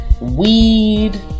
weed